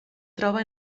troba